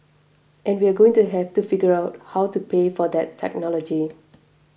and we're going to have to figure out how to pay for that technology